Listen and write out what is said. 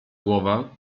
głowa